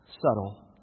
subtle